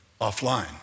offline